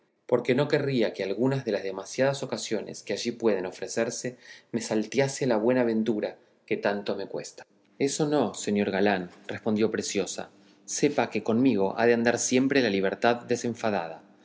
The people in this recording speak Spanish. porque no querría que algunas de las demasiadas ocasiones que allí pueden ofrecerse me saltease la buena ventura que tanto me cuesta eso no señor galán respondió preciosa sepa que conmigo ha de andar siempre la libertad desenfadada